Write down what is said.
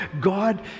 God